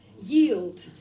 yield